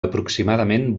aproximadament